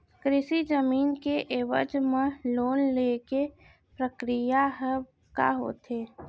कृषि जमीन के एवज म लोन ले के प्रक्रिया ह का होथे?